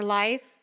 life